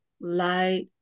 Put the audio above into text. light